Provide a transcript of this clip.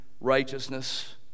righteousness